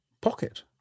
pocket